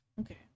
Okay